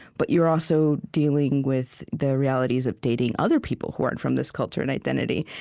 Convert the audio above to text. but you're also dealing with the realities of dating other people who aren't from this culture and identity?